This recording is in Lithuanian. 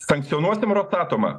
sankcionuosim rosatomą